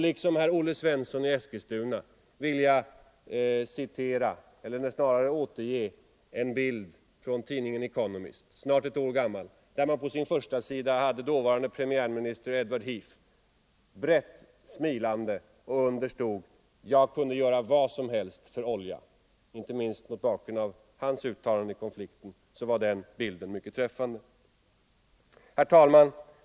Liksom herr Svensson i Eskilstuna vill jag återge en bild från tidningen Economist, snart ett år gammal, där man på sin förstasida hade dåvarande premiärministern Edward Heath brett smilande, och därunder stod: Jag kunde göra vad som helst för olja! Inte minst mot bakgrunden av hans uttalande i konflikten var den bilden mycket träffande. Herr talman!